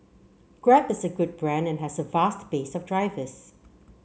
Grab is a good brand and has a vast base of drivers